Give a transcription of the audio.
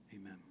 Amen